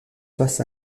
face